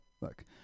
look